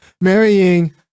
marrying